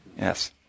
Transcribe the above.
Yes